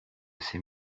ces